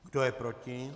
Kdo je proti?